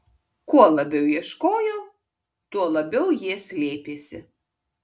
kuo labiau ieškojo tuo labiau jie slėpėsi